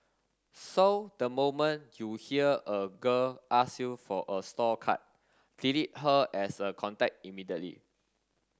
so the moment you hear a girl ask you for a store card delete her as a contact immediately